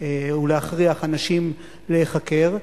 ולהכריח אנשים להיחקר,